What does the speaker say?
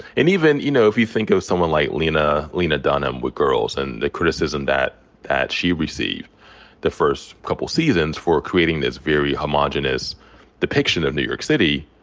and even, you know, if you think of someone like lena lena dunham with girls and the criticism that that she received the first couple seasons for creating this very homogeneous depiction of new york city,